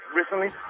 recently